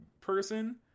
person